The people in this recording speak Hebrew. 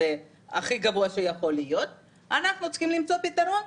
כפי שאתם שומעים גם כאן,